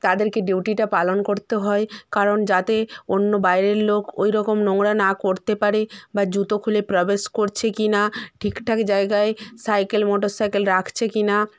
তাদেরকে ডিউটিটা পালন করতে হয় কারণ যাতে অন্য বাইরের লোক ওই রকম নোংরা না করতে পারে বা জুতো খুলে প্রাবেশ করছে কি না ঠিকঠাক জায়গায় সাইকেল মোটর সাইকেল রাখছে কি না